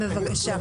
בבקשה.